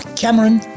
Cameron